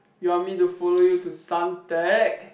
you want me to follow you to Suntec